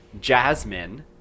Jasmine